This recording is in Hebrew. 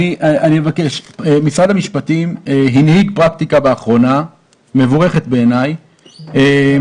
משרד המשפטים הנהיג פרקטיקה מבורכת בעיניי לאחרונה,